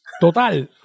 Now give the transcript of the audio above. Total